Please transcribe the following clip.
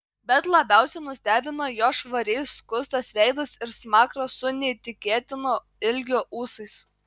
bet labiausiai nustebino jo švariai skustas veidas ir smakras su neįtikėtino ilgio ūsais